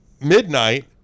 midnight